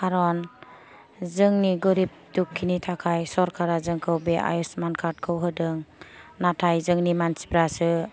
खारन जोंनि गोरिब दुखिनि थाखाय सरखारा जोंखौ बे आयुसमान कार्दखौ होदों नाथाय जोंनि मानसिफ्रासो